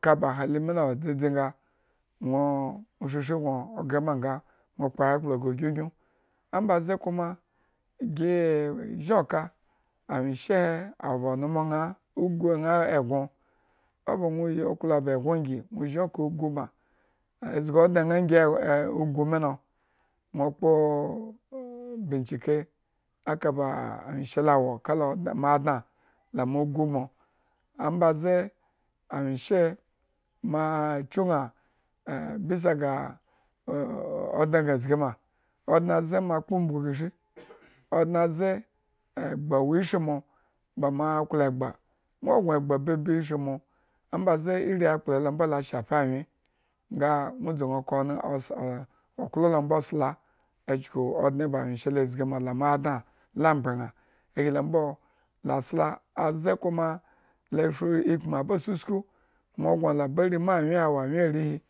Kaba hali mi lo wo dzadzi nga, nwoo shri eshri gnoogrema nga okpo yaklo gre gyugyuñ amma mbaze kma gi e zhin oka, anwyeshe e nawo onmo ñaa, usu ñaa eggon. O ba nwa yi o klo oba eggon ngi. nwo zhin oka ugu bma. azgi odne ñaa ngi ugu mi lo, nwo okpo binjeke aka ba anwyeshe lawo kala odne mo adña. Lamo ugu mo, annbaze anwyeshema a chu ñaa e bisa ga oo odne gna zgi ma, odne abze mo kpo unnbugu gre shi odne aze egba wo ishri mo, ba mo klo egba. nwo gno egba babi eshri mo. ambaze irir akplahe lo mbo la shafa anwyennga nwo dzu nga, onen, okolo mbo a sla. Echuku odne anwyeshe zgi ma la mo adna a mbre ñaa ahi lo mbo la sla, aze kuma le shri ikumu aba susku nwo gno labari ma, anwyeshe. awo anwye arihi.